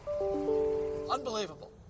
unbelievable